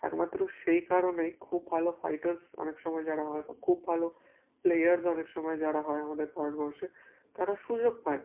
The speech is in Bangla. একমাত্র সেই কারণেই খুব ভালো ফাইটার্স অনেক সময় যারা হয় বা খুব ভালো প্লেয়ার্স অনেক সময় যারা হয় আমাদের ভারতবর্ষে তারা সুযোগ পায় না